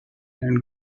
and